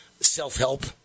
self-help